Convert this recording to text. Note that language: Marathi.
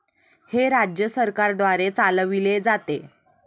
हे राज्य सरकारद्वारे चालविले जाते